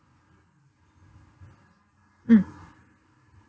mm